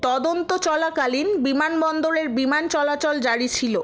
তদন্ত চলাকালীন বিমানবন্দরের বিমান চলাচল জারি ছিল